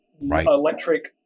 electric